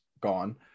gone